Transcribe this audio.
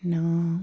പിന്നെ